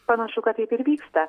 panašu kad taip ir vyksta